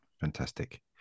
Fantastic